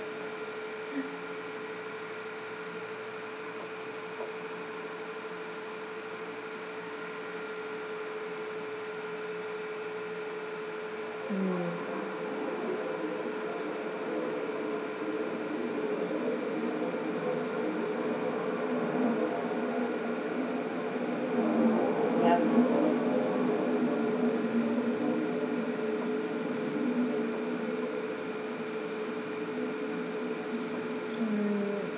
mm yup mm